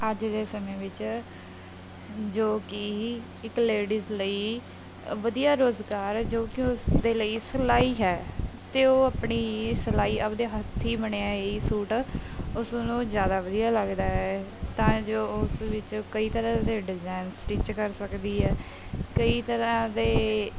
ਅੱਜ ਦੇ ਸਮੇਂ ਵਿੱਚ ਜੋ ਕਿ ਇੱਕ ਲੇਡੀਜ ਲਈ ਵਧੀਆ ਰੁਜ਼ਗਾਰ ਹੈ ਜੋ ਕਿ ਉਸ ਦੇ ਲਈ ਸਿਲਾਈ ਹੈ ਅਤੇ ਉਹ ਆਪਣੀ ਸਿਲਾਈ ਆਪਦੇ ਹੱਥੀਂ ਬਣਿਆ ਹੀ ਸੂਟ ਉਸਨੂੰ ਜ਼ਿਆਦਾ ਵਧੀਆ ਲੱਗਦਾ ਹੈ ਤਾਂ ਜੋ ਉਸ ਵਿੱਚ ਕਈ ਤਰ੍ਹਾਂ ਦੇ ਡਿਜ਼ਾਇਨ ਸਟਿਚ ਕਰ ਸਕਦੀ ਹੈ ਕਈ ਤਰ੍ਹਾਂ ਦੇ